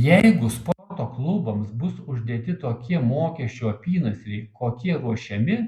jeigu sporto klubams bus uždėti tokie mokesčių apynasriai kokie ruošiami